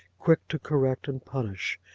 quick to correct and punish,